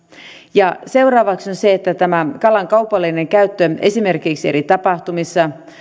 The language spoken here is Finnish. ja korjaamista seuraavaksi kalan kaupallinen käyttö esimerkiksi eri tapahtumissa